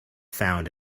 found